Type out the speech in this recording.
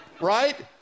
Right